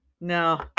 no